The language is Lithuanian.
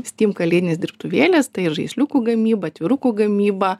steam kalėdinės dirbtuvėlės tai ir žaisliukų gamyba atvirukų gamyba